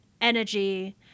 energy